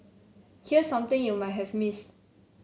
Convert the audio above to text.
here's something you might have missed